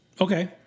Okay